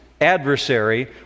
adversary